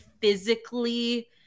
physically